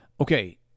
Okay